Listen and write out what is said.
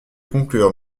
conclure